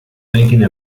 thinking